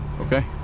Okay